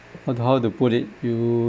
what how to put it you